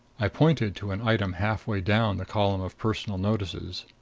i pointed to an item half-way down the column of personal notices.